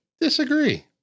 Disagree